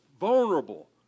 vulnerable